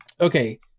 Okay